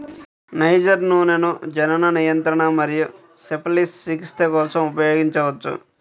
niger నూనెను జనన నియంత్రణ మరియు సిఫిలిస్ చికిత్స కోసం ఉపయోగించవచ్చు